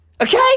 Okay